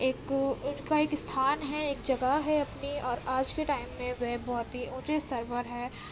ایک ان کا ایک استھان ہے ایک جگہ ہے اپنی اور آج کے ٹائم میں وہ بہت ہی اونچے استر پر ہے